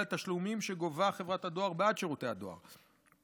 לתשלומים שגובה חברת הדואר בעד שירותי דואר.